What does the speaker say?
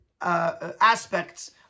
aspects